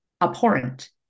abhorrent